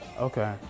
Okay